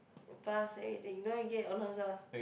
pass everything you know you get your honours ah